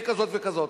היא כזאת וכזאת.